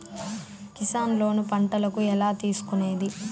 Kisan loan పంటలకు ఎలా తీసుకొనేది?